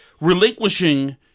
relinquishing